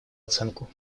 оценку